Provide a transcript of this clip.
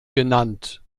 genannt